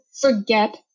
forget